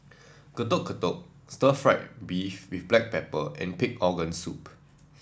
Getuk Getuk stir fry beef with Black Pepper and Pig Organ Soup